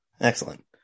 Excellent